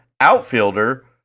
outfielder